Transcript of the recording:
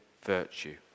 virtue